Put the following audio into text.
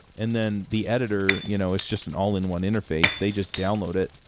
and then the editor, you know it's just an all-in-one interface. they just download it.